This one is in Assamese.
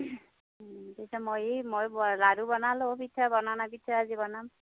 তেতিয়া মই এই মই লাড়ু বনালোঁ পিঠা বনা নাই পিঠা আজি বনাম